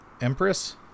Empress